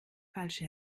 falsche